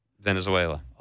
Venezuela